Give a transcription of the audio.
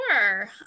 Sure